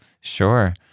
Sure